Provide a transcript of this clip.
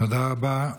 תודה רבה.